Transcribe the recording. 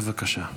בבקשה.